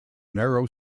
narrow